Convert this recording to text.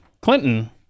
Clinton